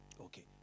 Okay